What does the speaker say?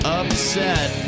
upset